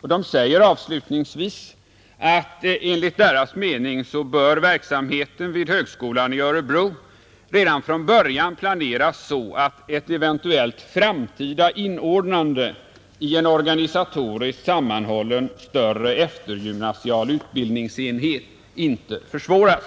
De säger avslutningsvis att enligt deras mening bör verksamheten vid högskolan i Borås redan från början planeras så att ett eventuellt framtida inordnande i en organisatoriskt sammanhållen eftergymnasial enhet inte försvåras.